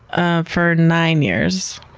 ah for nine years.